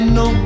no